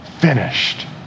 Finished